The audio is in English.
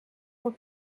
were